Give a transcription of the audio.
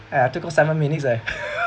eh I took all seven minutes eh